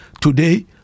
Today